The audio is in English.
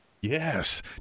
Yes